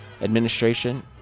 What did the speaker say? administration